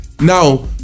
now